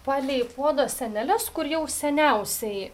palei puodo sieneles kur jau seniausiai